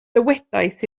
dywedais